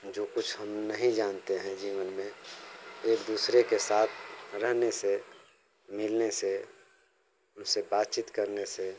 जो कुछ हम नहीं जानते हैं जीवन में एक दूसरे के साथ रहने से मिलने से उनसे बातचीत करने से